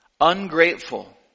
ungrateful